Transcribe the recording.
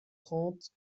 trente